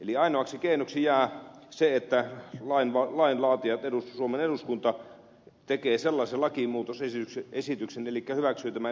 eli ainoaksi keinoksi jää se että lainlaatijat suomen eduskunta tekee sellaisen lakimuutosesityksen elikkä hyväksyy tämän ed